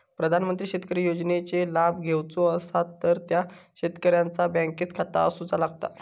प्रधानमंत्री शेतकरी योजनेचे लाभ घेवचो असतात तर त्या शेतकऱ्याचा बँकेत खाता असूचा लागता